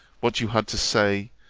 what you had to say,